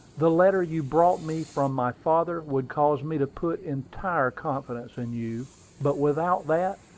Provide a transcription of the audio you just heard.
the letter you brought me from my father would cause me to put entire confidence in you but without that,